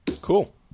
Cool